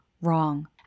wrong